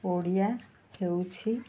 ଓଡ଼ିଆ ହେଉଛି